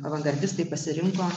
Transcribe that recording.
avangardistai pasirinko